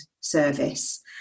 service